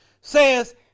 says